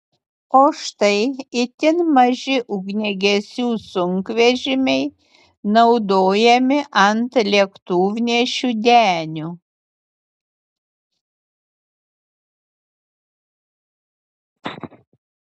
o štai itin maži ugniagesių sunkvežimiai naudojami ant lėktuvnešių denių